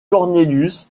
cornelius